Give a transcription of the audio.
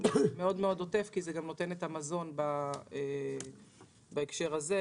זה מאוד עוטף כי זה גם נותן את המזון בהקשר הזה,